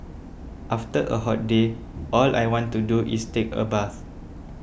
after a hot day all I want to do is take a bath